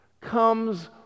comes